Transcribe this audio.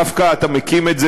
אתה דווקא מקים את זה